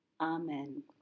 Amen